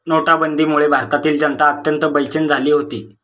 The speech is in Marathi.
नोटाबंदीमुळे भारतातील जनता अत्यंत बेचैन झाली होती